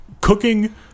cooking